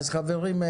חברים,